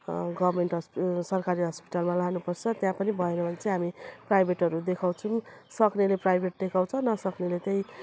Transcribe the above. government hospital सरकारी हस्पिटलमा लानुपर्छ त्यहाँ पनि भएन भने चाहिँ हामी प्राइभेटहरू देखाउँछौँ सक्नेले प्राइभेट देखाउँछ नसक्नेले त्यही